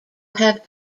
have